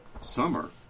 Summer